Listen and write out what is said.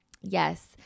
Yes